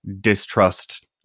distrust